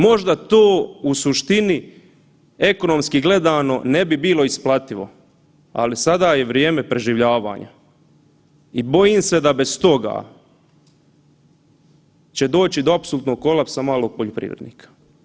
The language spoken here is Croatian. Možda to u suštini ekonomski gledano ne bi bilo isplativo, ali sada je vrijeme preživljavanja i bojim se da bez toga će doći do apsolutnog kolapsa malog poljoprivrednika.